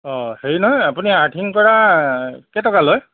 অঁ হেৰি নহয় আপুনি আৰ্থিঙ কৰা কেইটকা লয়